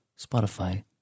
Spotify